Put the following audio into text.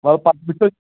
وۅلہٕ پتہٕ وُچھو